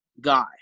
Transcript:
guy